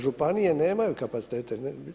Županije nemaju kapacitete.